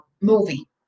movie